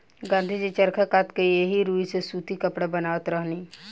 गाँधी जी चरखा कात के एही रुई से सूती कपड़ा बनावत रहनी